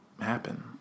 happen